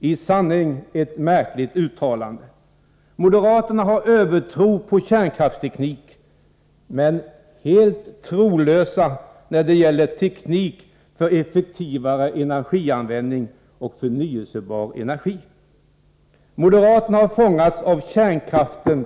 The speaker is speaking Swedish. I sanning ett märkligt uttalande! Moderaterna har en övertro på kärnkraftsteknik, men är helt utan tro när det gäller teknik för effektivare energianvändning och förnyelsebar energi. Moderaterna har fångats av kärnkraftens ...